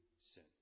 sin